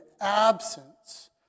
absence